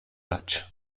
match